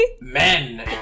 Men